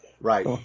Right